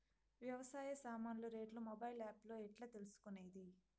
వ్యవసాయ సామాన్లు రేట్లు మొబైల్ ఆప్ లో ఎట్లా తెలుసుకునేది?